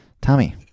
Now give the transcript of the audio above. Tommy